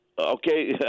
Okay